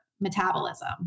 metabolism